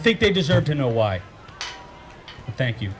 think they deserve to know why thank you